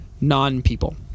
non-people